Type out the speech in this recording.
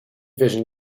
vision